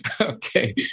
Okay